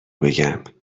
بگم